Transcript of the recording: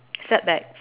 setbacks